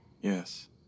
Yes